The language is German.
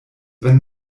wenn